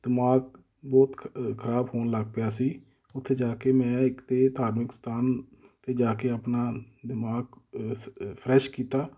ਦਿਮਾਗ ਬਹੁਤ ਖ਼ਰਾਬ ਹੋਣ ਲੱਗ ਪਿਆ ਸੀ ਉੱਥੇ ਜਾ ਕੇ ਮੈਂ ਇੱਕ ਤਾਂ ਧਾਰਮਿਕ ਸਥਾਨ 'ਤੇ ਜਾ ਕੇ ਆਪਣਾ ਦਿਮਾਗ ਫਰੈਸ਼ ਕੀਤਾ